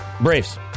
Braves